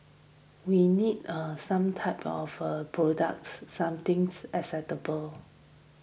we need eh some types of products some things acceptable